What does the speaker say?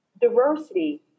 Diversity